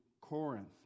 Corinth